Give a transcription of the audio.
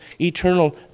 eternal